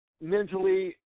mentally